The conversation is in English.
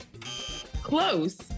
Close